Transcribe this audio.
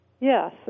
Yes